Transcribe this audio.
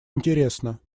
интересно